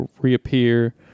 reappear